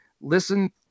listen